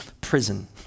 prison